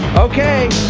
okay,